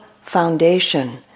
foundation